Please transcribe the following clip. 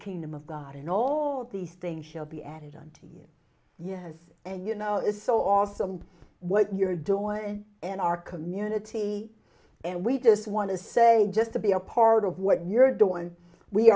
kingdom of god and all these things shall be added on yes and you know it's so awesome what you're doing and our community and we just want to say just to be a part of what you're doing we